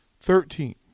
Thirteen